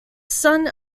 son